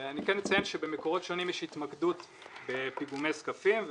אני כן מציין שבמקורות שונים יש התמקדות בפיגומי זקפים,